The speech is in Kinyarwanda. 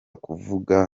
kuvuga